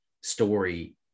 story